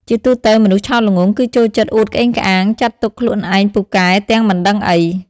ជាទូទៅមនុស្សឆោតល្ងង់ គឺចូលចិត្តអួតក្អេងក្អាង ចាត់ទុកខ្លួនឯងពូកែ ទាំងមិនដឹងអី។